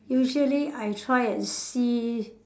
usually I try and see